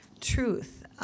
truth